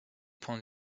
point